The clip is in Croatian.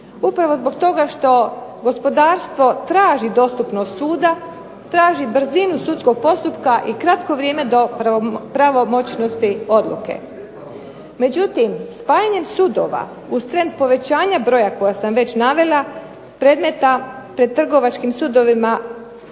upravo zbog toga što gospodarstvo traži dostupnost suda, traži brzinu sudskog postupka i kratko vrijeme do pravomoćnosti odluke. Međutim spajanjem sudova uz trend povećanja broja koja sam već navela predmeta pred trgovačkim sudovima